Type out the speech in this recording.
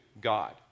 God